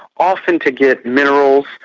often to get minerals,